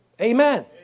Amen